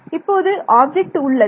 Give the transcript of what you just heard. இப்போது ஆப்ஜெக்ட் உள்ளது